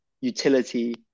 utility